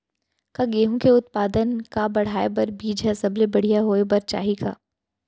का गेहूँ के उत्पादन का बढ़ाये बर बीज ह सबले बढ़िया होय बर चाही का?